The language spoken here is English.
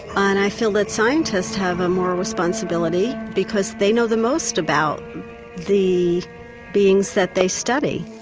and i feel that scientists have a moral responsibility because they know the most about the beings that they study.